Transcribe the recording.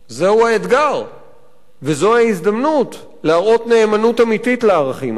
זהו האתגר וזוהי ההזדמנות להראות נאמנות אמיתית לערכים האלה.